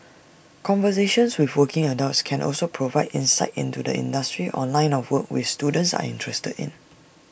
conversations with working adults can also provide insight into the industry or line of work we students are interested in